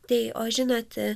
tai o žinote